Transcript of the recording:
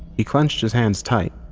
he clenched his hands tight,